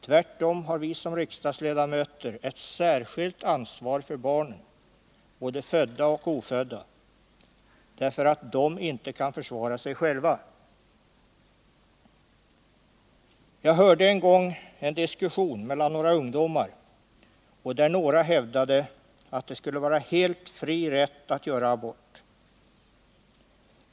Tvärtom har vi som riksdagsledamöter ett särskilt ansvar för barnen — både födda och ofödda — därför att de inte kan försvara sig själva. Jag hörde en gång en diskussion mellan ungdomar, där några hävdade att det skulle vara helt fri rätt att göra abort.